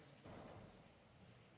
Tak